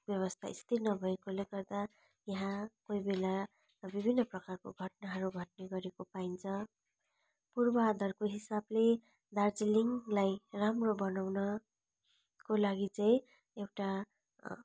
व्यवस्था स्थिर नभएकोले गर्दा यहाँ कोही बेला विभिन्न प्रकारको घटनाहरू घट्ने गरेको पाइन्छ पूर्वाधारको हिसाबले दार्जिलिङलाई राम्रो बनाउनको लागि चाहिँ एउटा